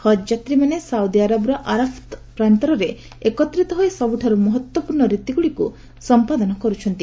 ହଜ୍ ଯାତ୍ରୀମାନେ ସାଉଦିଅରବର ଆରାଫତ ପ୍ରାନ୍ତରରେ ଏକତ୍ରିତ ହୋଇ ସବୁଠାରୁ ମହତ୍ୱପୂର୍ଣ ରୀତିଗୁଡିକୁ ସମ୍ପାଦନ କରୁଛନ୍ତି